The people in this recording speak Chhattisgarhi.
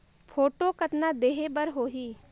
फोटो कतना देहें बर होहि?